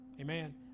Amen